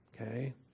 okay